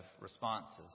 responses